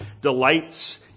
delights